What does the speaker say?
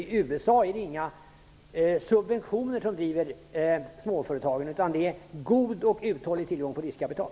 I USA är det inga subventioner som driver småföretagen utan en god och uthållig tillgång på riskkapital.